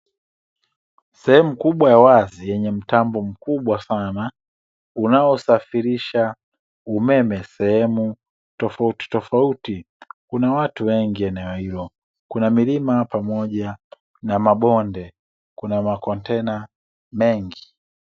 Sehemu kubwa ya wazi yenye mtambo mkubwa sana unaosafirisha umeme sehemu tofautitofauti, kuna watu wengi eneo hilo kuna milima pamoja na mabonde, kuna makontena mengi.